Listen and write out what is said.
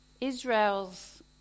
Israel's